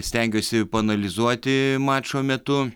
stengiuosi paanalizuoti mačo metu